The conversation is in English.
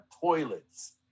toilets